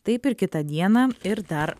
taip ir kitą dieną ir dar